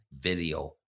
video